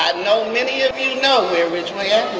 and know many of you know where ridgeway ah